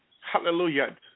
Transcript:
Hallelujah